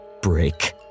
break